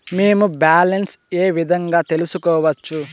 మేము బ్యాలెన్స్ ఏ విధంగా తెలుసుకోవచ్చు?